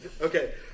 okay